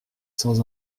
sans